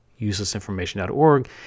uselessinformation.org